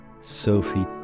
Sophie